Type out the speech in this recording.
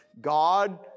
God